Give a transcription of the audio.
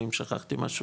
אם שכחתם משהו,